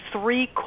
three